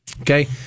Okay